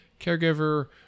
caregiver